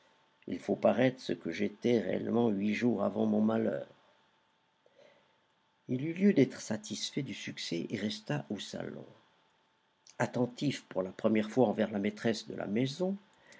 il faut paraître ce que j'étais réellement huit jours avant mon malheur il eut lieu d'être satisfait du succès et resta au salon attentif pour la première fois envers la maîtresse de la maison